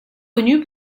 connu